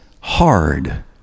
hard